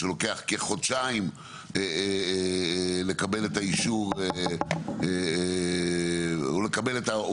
שמחכים כחודשיים לקבל פיזית לארץ את העובד.